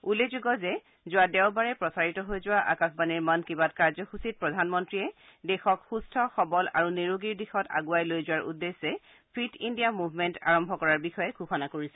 উল্লেখযোগ্য যে যোৱা দেওবাৰে প্ৰচাৰিত হৈ যোৱা আকাশবাণীৰ মন কি বাত কাৰ্যসূচীত প্ৰধানমন্ত্ৰীয়ে দেশক সুস্থ সৱল আৰু নিৰোগীৰ দিশত আগুৱাই লৈ যোৱাৰ উদ্দেশ্যে ফিট ইণ্ডিয়া মুভমেণ্ট আৰম্ভ কৰাৰ বিষয়ে ঘোষণা কৰিছিল